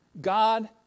God